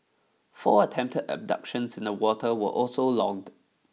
four attempted abductions in the water were also logged